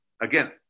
again